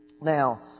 Now